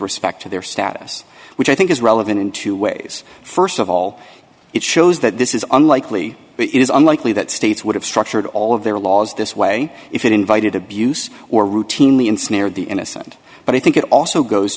respect to their status which i think is relevant in two ways first of all it shows that this is unlikely it is unlikely that states would have structured all of their laws this way if it invited abuse or routinely ensnared the innocent but i think it also goes